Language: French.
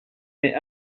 mais